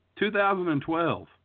2012